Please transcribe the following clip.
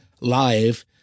live